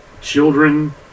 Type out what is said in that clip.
children